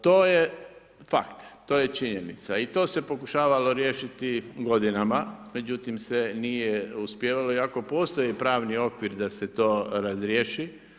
To je fakt, to je činjenica i to se pokušavalo riješiti godinama međutim se nije uspijevalo iako postoji pravni okvir da se to razriješi.